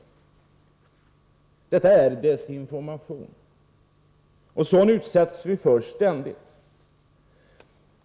Detta är desinformation. Sådan utsätts vi för ständigt.